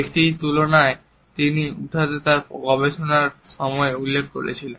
যেটির তুলনায় তিনি উটাতে তাঁর গবেষণার সময় উল্লেখ করেছিলেন